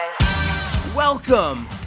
Welcome